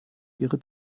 ihre